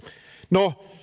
no